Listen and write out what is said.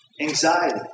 Anxiety